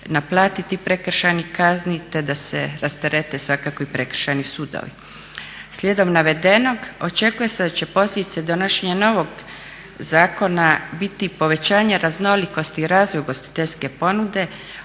naplatiti tih prekršajnih kazni, te da se rasterete svakako i prekršajni sudovi. Slijedom navedenog očekuje se da će posljedice donošenja novog zakona biti povećanje raznolikosti i razvoja ugostiteljske ponude,